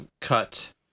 cut